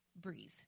breathe